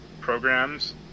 programs